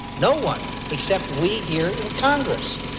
no one except we here in congress.